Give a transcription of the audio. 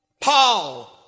Paul